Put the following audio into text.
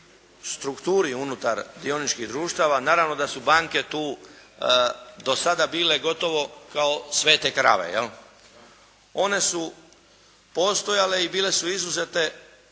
strukturi unutar dioničkih društava. Naravno da su banke tu do sada bile gotovo kao "svete krave". One su postojale i bile su izuzete